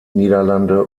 niederlande